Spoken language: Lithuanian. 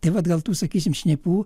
tai vat gal tų sakysim šnipų